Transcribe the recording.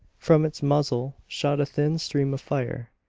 from its muzzle shot a thin stream of fire,